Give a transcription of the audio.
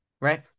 right